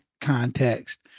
context